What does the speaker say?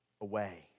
away